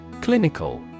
Clinical